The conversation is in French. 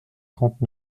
trente